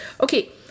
Okay